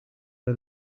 der